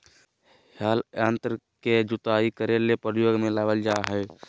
हल यंत्र खेत के जुताई करे ले प्रयोग में लाबल जा हइ